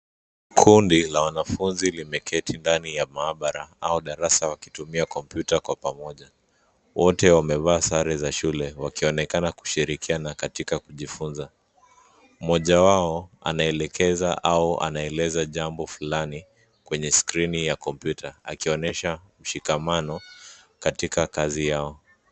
Kundi la wanafunzi limeketi ndani ya maabara au darasa wakitumia kompyuta kwa pamoja, wote wamevaa sare za shule wakionekana kushirikiana katika kujifunza, mmoja wao, anaelekeza au anaeleza jambo fulani, kwenye skrini ya kompyuta akionyesha, ushikamano, katika kazi yao.